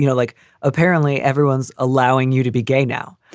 you know like apparently everyone's allowing you to be gay now,